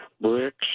bricks